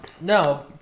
No